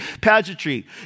Pageantry